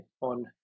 on